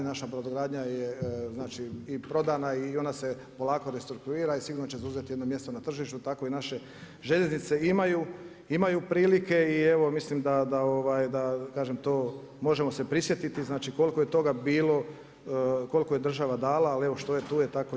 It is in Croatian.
Naša brodogradnja je i prodana i ona se polako restrukturira i sigurno će zauzeti jedno mjesto na tržištu, tako i naše željeznice imaju priliku i evo mislim da kažem to, možemo se prisjetiti, znači koliko je toga bila, koliko je država dala ali evo što je, tu je, tako je.